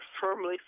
firmly